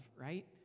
right